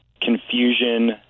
confusion